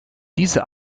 diese